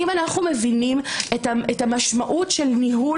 אני לא יודע אם זו המסגרת הנכונה.